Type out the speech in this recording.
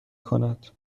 کند